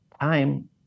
time